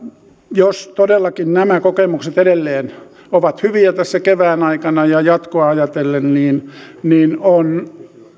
jos todellakin nämä kokemukset edelleen ovat hyviä tässä kevään aikana ja jatkoa ajatellen niin niin on